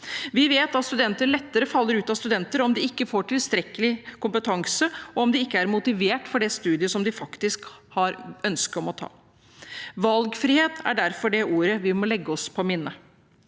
Vi vet at studenter lettere faller ut av studier om de ikke får tilstrekkelig kompetanse eller ikke er motivert for det studiet de har ønske om å ta. Valgfrihet er derfor ordet vi må legge oss på minne.